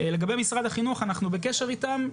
לגבי משרד החינוך, אנחנו בקשר איתם.